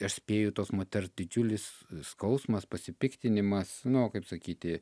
aš spėju tos moters didžiulis skausmas pasipiktinimas nu kaip sakyti